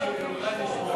שנינו נמצאים,